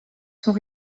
sont